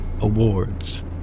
awards